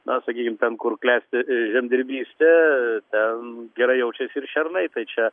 na sakykim ten kur klesti žemdirbystė ten gerai jaučiasi ir šernai tai čia